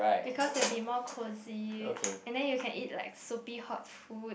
because it will be more cosy and then you can eat like soupy hot food